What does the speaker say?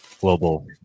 global